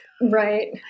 Right